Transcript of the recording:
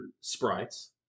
Sprites